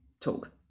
talk